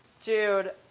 Dude